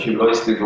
שאנשים לא יסתובבו.